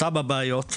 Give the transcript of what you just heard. אותן הבעיות,